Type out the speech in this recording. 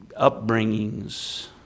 upbringings